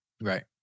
Right